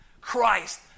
Christ